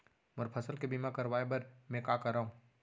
मोर फसल के बीमा करवाये बर में का करंव?